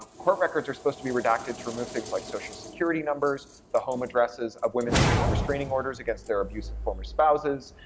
court records are supposed to be redacted to remove things like social security numbers, the home addresses of women seeking restraining orders against their abusive former spouses,